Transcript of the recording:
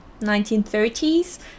1930s